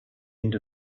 end